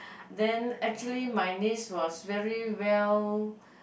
then actually my niece was very well